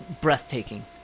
breathtaking